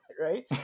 right